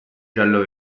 giallo